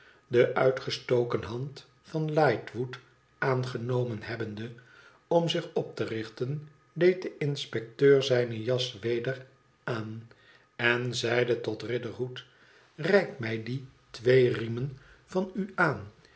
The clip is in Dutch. de uitgestoken hand van lightwood aangenomen hebbende om zich op te richten deed de inspecteur zijne jas weder aan en zeide tot riderhood ireik mij die twee riemen van u aan